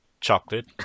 chocolate